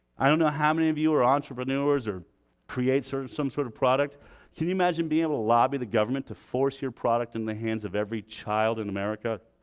i don't know how many of you are entrepreneurs, or create sort of some sort of product can you imagine being able to lobby the government to force your product in the hands of every child in america?